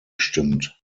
gestimmt